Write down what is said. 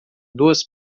duas